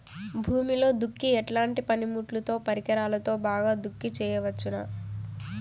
భూమిలో దుక్కి ఎట్లాంటి పనిముట్లుతో, పరికరాలతో బాగా దుక్కి చేయవచ్చున?